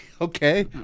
Okay